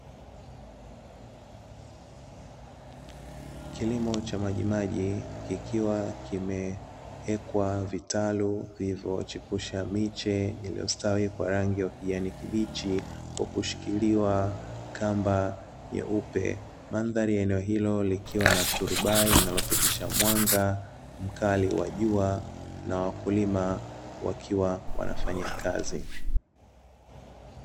Kilimo cha majimaji kikiwa kimeekwa vitaru vinavyochepusha miche iliyostawi kwa rangi ya kijani kibichi, kwa kushikiliwa na kamba nyeupe, mandhari ya eneo hilo ikiwa na turubai linalopitisha mwanga mkali wa jua, na wakulima wakiwa wanafanya kazi.